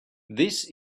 this